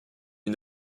une